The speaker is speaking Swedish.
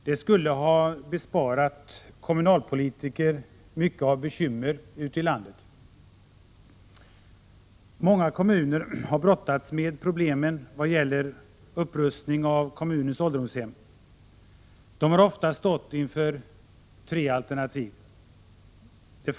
Det skulle ha besparat kommunalpolitiker ute i landet mycket av bekymmer. Många kommuner har brottats med problemen kring upprustningen av ålderdomshemmen. De har ofta stått inför tre alternativ: 2.